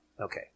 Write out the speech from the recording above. Okay